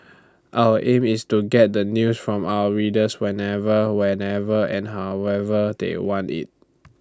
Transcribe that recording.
our aim is to get the news from our readers whenever wherever and however they want IT